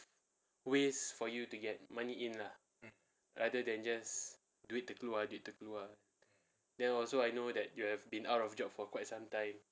ways for you to get money in lah rather than just duit terkeluar duit terkeluar then also I know that you have been out of job for quite some time